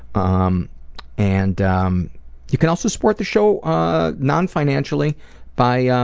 um and um you can also support this show ah non-financially by ah